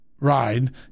ride